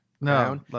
no